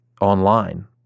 online